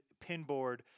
Pinboard